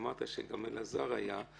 אמרת שגם אלעזר היה.